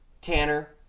Tanner